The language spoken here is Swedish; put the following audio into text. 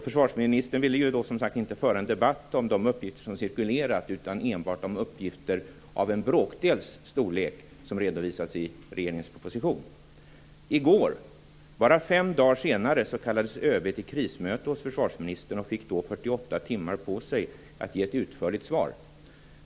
Försvarsministern ville då inte föra en debatt om de uppgifter som cirkulerat utan enbart om uppgifter av en bråkdels storlek som redovisades i regeringens proposition. I går - bara fem dagar senare - kallades ÖB till krismöte hos försvarsministern och fick då 48 timmar på sig att ge ett utförligt svar.